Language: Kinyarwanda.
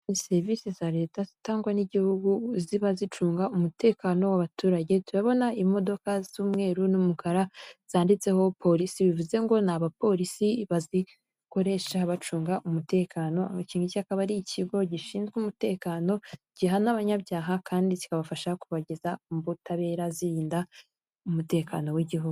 Ni serivisi za leta zitangwa n'igihugu ziba zicunga umutekano w'abaturage; turabona imodoka z'umweru n'umukara zanditseho polisi; bivuze ngo ni abapolisi bazikoresha bacunga umutekano. Iki ng'iki akaba ari ikigo gishinzwe umutekano gihana abanyabyaha kandi kikabafasha kubageza mu butabera zirinda umutekano w'igihugu.